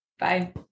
Bye